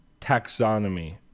taxonomy